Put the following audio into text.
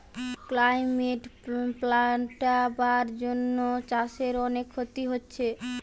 climate পাল্টাবার জন্যে চাষের অনেক ক্ষতি হচ্ছে